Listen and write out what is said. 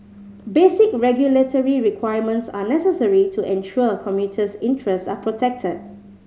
basic regulatory requirements are necessary to ensure commuters interest are protected